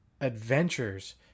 adventures